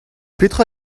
petra